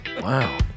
Wow